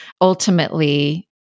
Ultimately